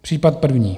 Případ první.